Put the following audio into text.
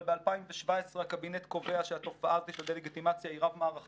אבל ב-2017 הקבינט קובע שהתופעה הזו של דה-לגיטימציה היא רב מערכתית